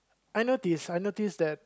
I notice I notice that